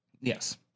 yes